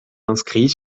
inscrits